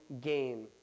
game